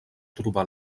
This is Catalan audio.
trobar